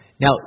Now